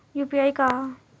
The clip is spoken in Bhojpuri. यू.पी.आई का ह?